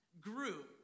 grew